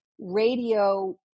radio